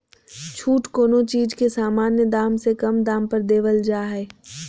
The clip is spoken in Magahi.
छूट कोनो चीज के सामान्य दाम से कम दाम पर देवल जा हइ